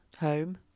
Home